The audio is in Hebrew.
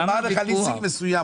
הוא אמר לך ליסינג מסוים,